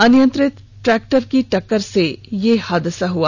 अनियंत्रित ट्रैक्टर की टक्कर से यह हादसा हुआ